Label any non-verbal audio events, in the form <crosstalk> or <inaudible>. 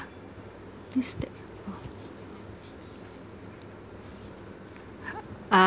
this stack oh <noise>